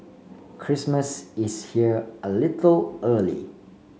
Christmas is here a little early